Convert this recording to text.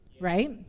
right